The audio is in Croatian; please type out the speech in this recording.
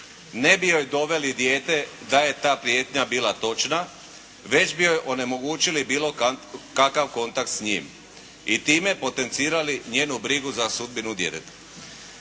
ne bi joj doveli dijete da je ta prijetnja bila točna, već bi joj onemogućili bilo kakav kontakt s njim i time potencirali njenu brigu za sudbinu djeteta.